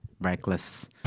reckless